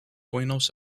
buenos